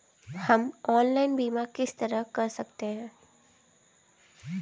हम ऑनलाइन बीमा किस तरह कर सकते हैं?